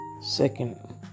second